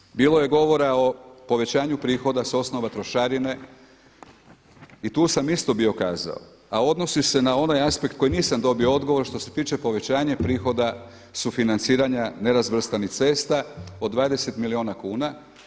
Nadalje, bilo je govora o povećanju prihoda sa osnova trošarine, i tu sam isto bio kazao a odnosi se na onaj aspekt koji nisam dobio odgovor što se tiče povećanja prihoda sufinanciranja nerazvrstanih cesta od 20 milijuna kuna.